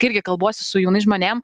kai irgi kalbuosi su jaunais žmonėm